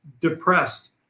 depressed